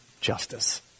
justice